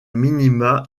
minima